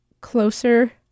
closer